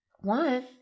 one